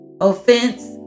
offense